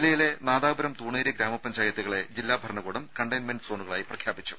ജില്ലയിലെ നാദാപുരം തൂണേരി ഗ്രാമപഞ്ചായത്തുകളെ ജില്ലാ ഭരണകൂടം കണ്ടെയ്മെന്റ് സോണുകളായി പ്രഖ്യാപിച്ചു